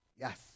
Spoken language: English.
yes